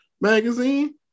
magazine